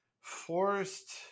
forced